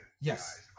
Yes